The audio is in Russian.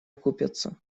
окупятся